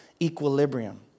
equilibrium